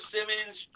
Simmons